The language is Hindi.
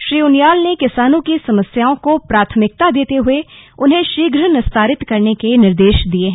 श्री उनियाल ने किसानों की समस्याओं को प्राथमिकता देते हुए उन्हें शीघ्र निस्तारित करने के निर्देश दिए हैं